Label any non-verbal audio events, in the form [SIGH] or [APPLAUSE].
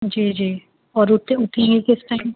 جی جی اور [UNINTELLIGIBLE] کس ٹائم